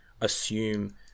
assume